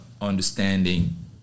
understanding